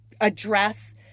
address